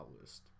list